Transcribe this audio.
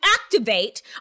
activate